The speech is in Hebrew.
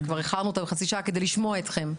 ואיחרנו אותה כבר בחצי שעה כדי לשמוע אתכם.